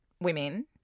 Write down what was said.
women